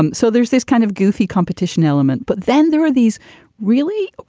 and so there's this kind of goofy competition element. but then there are these really,